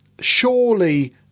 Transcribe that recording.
surely